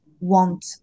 want